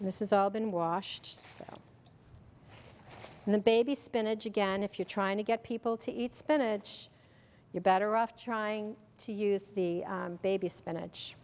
spinach this is all been washed and the baby spinach again if you're trying to get people to eat spinach you're better off trying to use the baby spinach